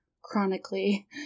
chronically